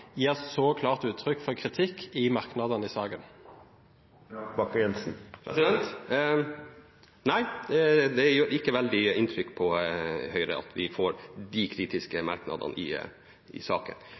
så klart uttrykk for kritikk i merknadene i saken? Nei, det gjør ikke veldig inntrykk på Høyre at vi får disse kritiske